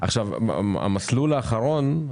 המסלול האחרון,